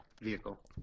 vehicle